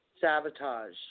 Sabotage